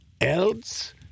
Else